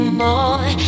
more